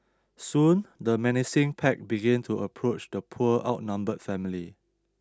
soon the menacing pack begin to approach the poor outnumbered family